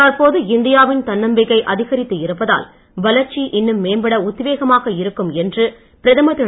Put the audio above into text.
தற்போது இந்தியாவின் தன்னம்பிக்கை அதிகரித்து இருப்பதால் வளர்ச்சி இன்னும் மேம்பட உத்வேகமாக இருக்கும் என்று பிரதமர் திரு